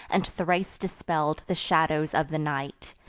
and thrice dispell'd the shadows of the night,